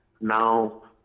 now